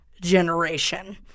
generation